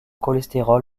cholestérol